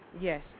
Yes